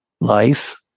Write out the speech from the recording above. Life